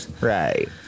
Right